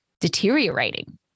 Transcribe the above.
deteriorating